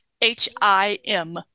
H-I-M